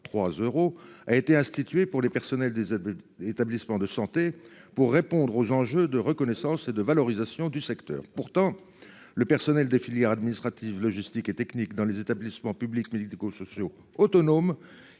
a été institué pour les personnels des établissements de santé pour répondre aux enjeux de reconnaissance et de valorisation du secteur. Pourtant, le personnel des filières administratives, logistiques et techniques dans les établissements publics déco sociaux autonomes